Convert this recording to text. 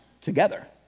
together